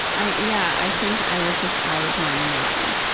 i yeah, i think i was just out of my mind.